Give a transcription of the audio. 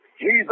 Jesus